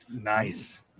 Nice